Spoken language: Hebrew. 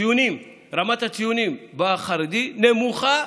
רמת הציונים במחוז החרדי נמוכה